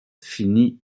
finit